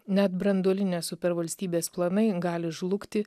net branduolinės supervalstybės planai gali žlugti